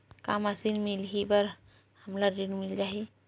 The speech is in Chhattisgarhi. का मशीन मिलही बर हमला ऋण मिल जाही?